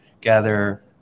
gather